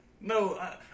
No